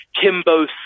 Kimbo